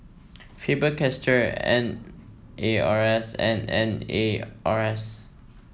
Faber Castell N A R S and N A R S